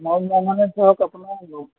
নাই নাই মানে চাওক আপোনাৰ